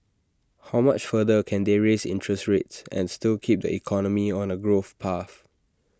how much further can they raise interest rates and still keep the economy on A growth path